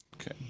Okay